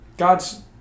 God's